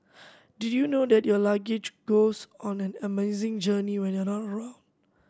did you know that your luggage goes on an amazing journey when you're not around